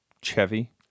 Chevy